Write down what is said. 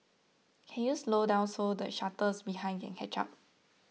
can you slow down so the shuttles behind can catch up